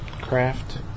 Craft